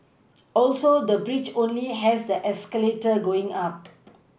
also the bridge only has the escalator going up